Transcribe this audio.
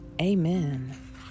Amen